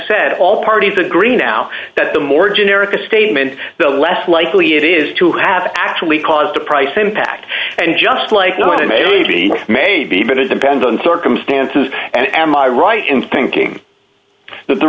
said all parties agree now that the more generic a statement the less likely it is to have actually caused a price impact and just like one may be may be but it depends on circumstances and am i right in thinking that the